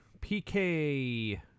PK